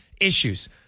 issues